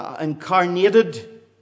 incarnated